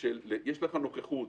כשיש לך נוכחות,